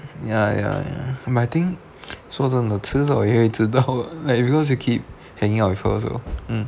ya ya ya but I think 说真的迟早也会知道 like because you keep hanging out with her also